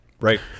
Right